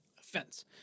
offense